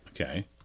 Okay